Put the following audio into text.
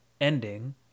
ending